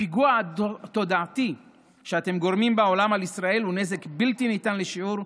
הפיגוע התודעתי שאתם גורמים בעולם לישראל הוא נזק בלתי ניתן לשיעור,